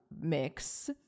mix